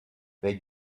they